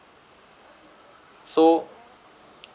so